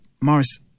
Morris